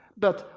but,